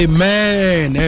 Amen